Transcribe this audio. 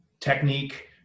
technique